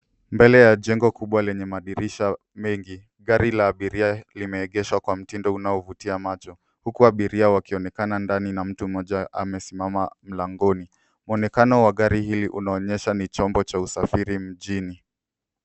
Mbele ya jengo kubwa lenye madirisha mengi gari la abiria limeegeshwa kwa mtindo unaovutia macho huku abiria wakionekana ndani na mtu mmoja amesimama mlangoni. Mwonekano wa gari hili unaonyesha ni chombo cha usafiri mjini.